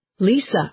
Lisa